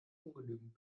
ungenügend